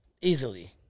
easily